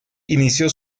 inició